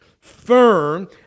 firm